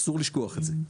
אסור לשכוח את זה.